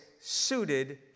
suited